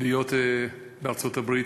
להיות בארצות-הברית,